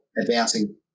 advancing